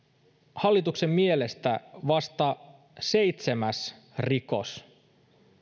hallituksen mielestä vasta seitsemäs rikos